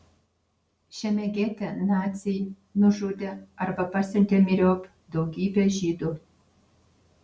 šiame gete naciai nužudė arba pasiuntė myriop daugybę žydų